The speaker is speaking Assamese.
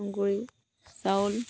তুঁহগুৰি চাউল